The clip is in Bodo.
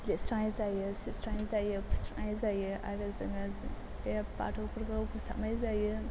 लिरस्रांनाय जायो सिबस्रांनाय जायो फुस्रिनाय जायो आरो जोङो बे बाथौफोरखौ फोसाबनाय जायो